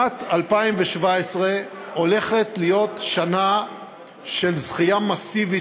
שנת 2017 הולכת להיות שנה של כניסה מסיבית